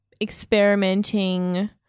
experimenting